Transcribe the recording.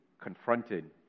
confronted